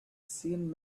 seen